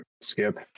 skip